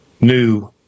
new